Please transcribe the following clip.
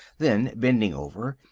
then, bending over,